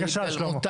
בבקשה, שלמה.